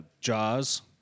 Jaws